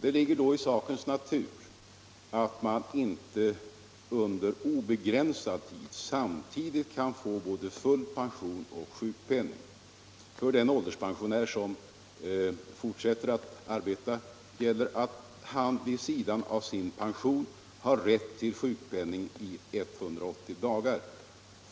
Det ligger då i sakens natur att man inte under obegränsad tid samtidigt kan få både full pension och sjukpenning. För den ålderspensionär som fortsätter att arbeta gäller att han vid sidan av sin pension har rätt till sjukpenning i 180 dagar.